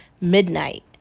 midnight